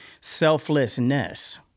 Selflessness